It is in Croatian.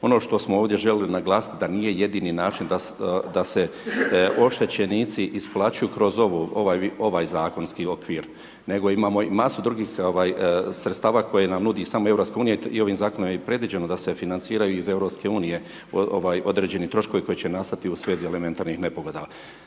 Ono što smo ovdje željeli naglasiti da nije jedini način da se oštećenici isplaćuju kroz ovaj zakonski okvir, nego imamo i masu drugih sredstava koje nam nudi samo EU i ovim zakonom je i predviđeno da se financiraju iz EU, određeni troškovi u svezi elementarnih nepogoda.